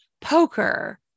poker